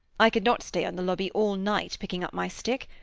i could not stay on the lobby all night picking up my stick,